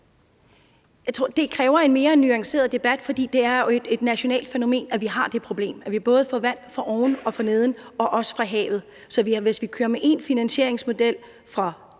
(KF): Det kræver en mere nuanceret debat. For det er jo et nationalt fænomen, at vi har det problem, at vi både får vand foroven og forneden og også fra havet. Så hvis vi kører med én finansieringsmodel for